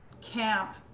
camp